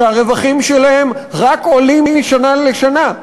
שהרווחים שלהם רק עולים משנה לשנה.